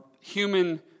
human